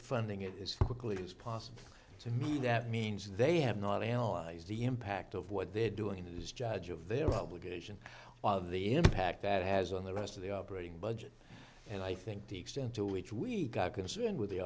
funding it is quickly as possible to me that means they have not analyzed the impact of what they're doing it is judge of their obligation of the impact that has on the rest of the operating budget and i think the extent to which we got concerned with the